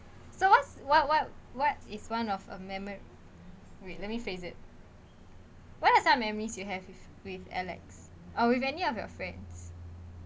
what what what is one of a memory wait let me phrase it what are some memories you have with with alex or with any of your friends